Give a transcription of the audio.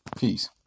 Peace